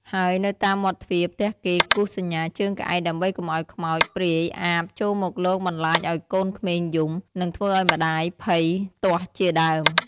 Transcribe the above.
ហើយនៅតាមមាត់ទ្វារផ្ទះគេគូសសញ្ញាជើងក្អែក ដើម្បីកុំឱ្យខ្មោច ព្រាយអាបចូលមកលងបន្លាចឱ្យកូនក្មេងយំ និងធ្វើឱ្យម្តាយភ័យទាស់ជាដើម។